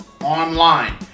online